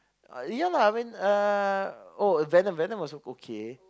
uh ya lah I mean uh oh Venom Venom was also okay